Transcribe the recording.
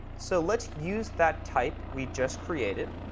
so let's use that type we just created,